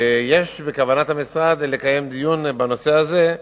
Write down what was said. בכוונת המשרד לקיים דיון בנושא הזה,